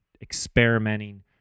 experimenting